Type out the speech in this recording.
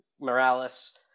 Morales